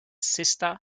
sister